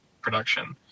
production